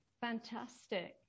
Fantastic